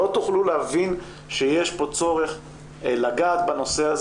לא תוכלו להבין שיש פה צורך לגעת בנושא הזה